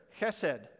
Chesed